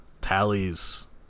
tallies